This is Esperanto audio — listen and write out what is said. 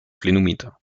plenumita